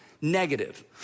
negative